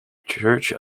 church